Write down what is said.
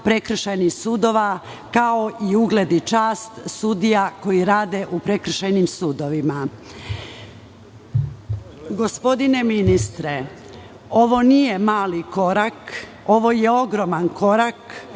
prekršajnih sudova, kao i ugled i čast sudija koji rade u prekršajnim sudovima. Gospodine ministre, ovo nije mali korak, ovo je ogroman korak